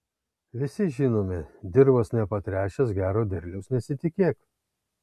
visi žinome dirvos nepatręšęs gero derliaus nesitikėk